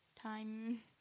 time